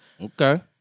Okay